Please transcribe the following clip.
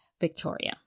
Victoria